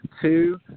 Two